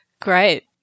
Great